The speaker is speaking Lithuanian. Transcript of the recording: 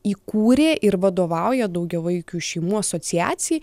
įkūrė ir vadovauja daugiavaikių šeimų asociacijai